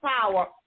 power